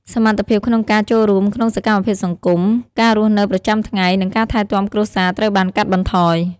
សមត្ថភាពក្នុងការចូលរួមក្នុងសកម្មភាពសង្គម ការរស់នៅប្រចាំថ្ងៃ និងការថែទាំគ្រួសារត្រូវបានកាត់បន្ថយ។